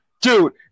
Dude